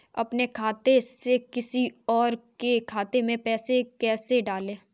अपने खाते से किसी और के खाते में पैसे कैसे डालें?